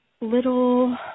little